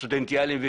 סטודנטיאליות,